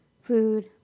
food